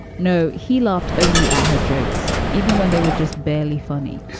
no, he laughed only at her jokes, even when they were just barely funny.